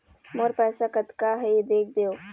मोर पैसा कतका हे देख देव?